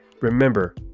remember